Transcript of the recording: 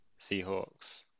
Seahawks